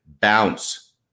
bounce